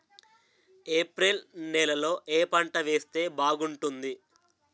April నెలలో ఏ పంట వేస్తే బాగుంటుంది?